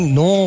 no